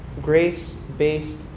grace-based